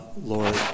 Lord